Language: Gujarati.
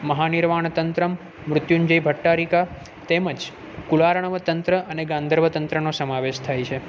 મહાનિર્વાણ તંત્રમ મૃત્યુંજય ભટારિકા તેમ જ કુલારણવ તંત્ર અને ગાંધર્વ તંત્રનો સમાવેશ થાય છે